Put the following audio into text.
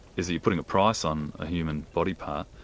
is you're putting a price on a human body part,